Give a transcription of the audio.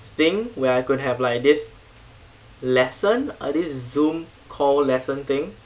thing where I could have like this lesson uh this Zoom call lesson thing